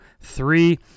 three